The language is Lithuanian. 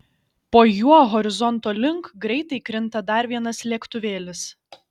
po juo horizonto link greitai krinta dar vienas lėktuvėlis